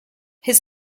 his